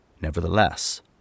nevertheless